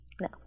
No